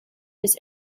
his